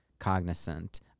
cognizant